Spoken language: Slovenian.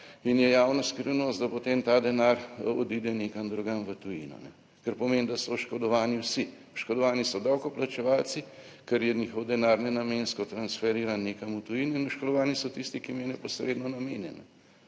in je javna skrivnost, da potem ta denar odide nekam drugam v tujino, kar pomeni, da so oškodovani vsi. Oškodovani so davkoplačevalci, ker je njihov denar nenamensko transferiran nekam v tujino in oškodovani so tisti, ki jim je neposredno namenjen.